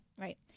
Right